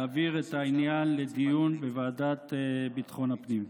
להעביר את העניין לדיון בוועדת ביטחון הפנים.